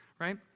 right